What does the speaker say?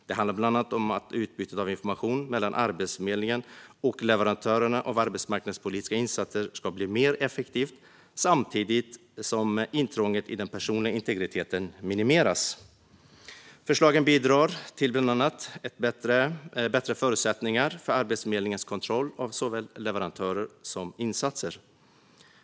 Det handlar bland annat om att utbytet av information mellan Arbetsförmedlingen och leverantörer av arbetsmarknadspolitiska insatser ska bli mer effektivt samtidigt som intrånget i den personliga integriteten minimeras. Förslagen bidrar till bland annat bättre förutsättningar för Arbetsförmedlingens kontroll av såväl leverantörer som insatser.